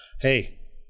Hey